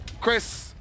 Chris